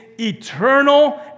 eternal